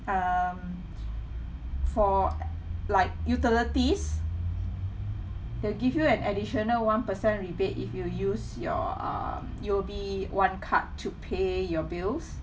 um for like utilities they'll give you an additional one percent rebate if you use your um U_O_B one card to pay your bills